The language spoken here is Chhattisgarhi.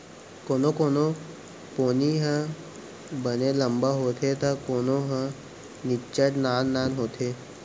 कोनो कोनो पोनी ह बने लंबा होथे त कोनो ह निच्चट नान नान होथे